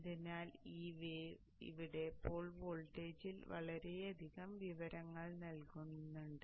അതിനാൽ ഈ വേവ് ഇവിടെ പോൾ വോൾട്ടേജിൽ വളരെയധികം വിവരങ്ങൾ ഉണ്ട്